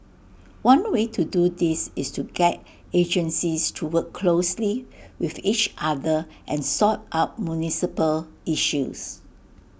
one way to do this is to get agencies to work closely with each other and sort out municipal issues